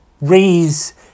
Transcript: raise